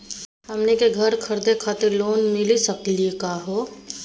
हमनी के घर खरीदै खातिर लोन मिली सकली का हो?